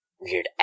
weird